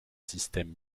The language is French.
systèmes